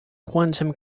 quantum